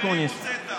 חבר הכנסת אקוניס.